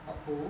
uphold